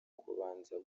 kubanza